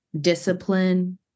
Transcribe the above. discipline